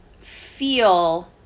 feel